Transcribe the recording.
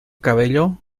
cabello